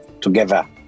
together